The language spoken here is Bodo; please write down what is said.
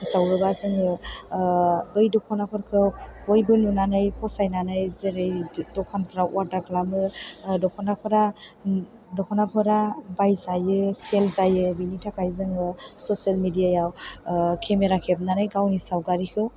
फोसावोबा जोङो बै दख'नाफोरखौ बयबो नुनानै फसायनानै जेरै दखानफ्राव अर्दार खालामो दख'नाफोरा बायजायो सेल जायो बेनिथाखाय जोङो ससियेल मिडिया आव केमेरा खेबनानै गावनि सावगारिखौ